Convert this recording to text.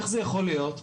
איך זה יכול להיות?